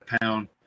pound